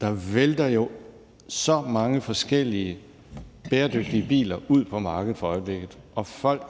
Der vælter jo så mange forskellige bæredygtige biler ud på markedet for øjeblikket, og folk